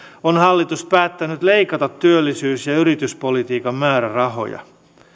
on hallitus päättänyt leikata työllisyys ja yrityspolitiikan määrärahoja